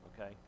okay